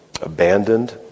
abandoned